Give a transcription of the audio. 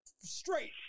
straight